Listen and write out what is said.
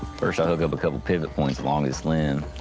first, i hook up a couple pivot points along this limb.